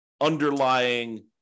underlying